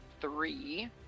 three